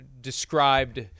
described